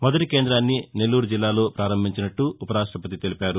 మొదటి కేంద్రాన్ని నెల్లూరు జిల్లాలో పారంభించినట్లు ఉపరాష్టపతి తెలిపారు